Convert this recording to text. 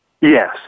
Yes